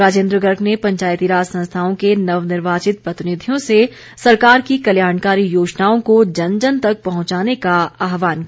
राजेन्द्र गर्ग ने पंचायती राज संस्थाओं के नवनिर्वाचित प्रतिनिधियों से सरकार की कल्याणकारी योजनाओं को जन जन तक पहुंचाने का आहवान किया